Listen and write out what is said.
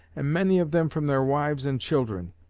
and many of them from their wives and children,